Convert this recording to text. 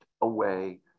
away